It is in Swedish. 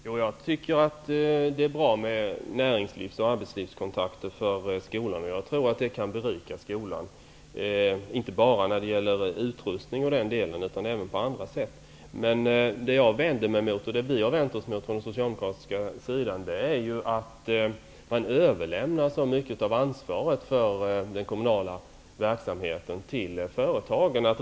Herr talman! Jag tycker att det är bra med näringslivs och arbetslivskontakter för skolan. Jag tror att det kan berika skolan, inte bara när det gäller utrustning utan även på annat sätt. Men det som vi socialdemokrater har vänt oss mot är att mycket av ansvaret för den kommunala verksamheten överlämnas till företagen.